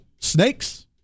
Snakes